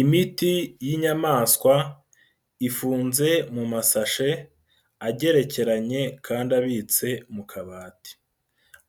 Imiti y'inyamaswa ifunze mu masashe agerekeranye kandi abitse mu kabati,